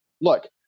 Look